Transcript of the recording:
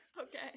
Okay